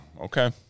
okay